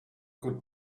could